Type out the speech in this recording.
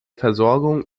versorgung